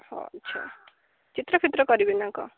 ହଉ ଆଚ୍ଛା ଚିତ୍ରଫିତ୍ର କରିବେ ନା କ'ଣ